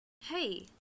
Hey